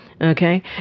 Okay